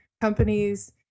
companies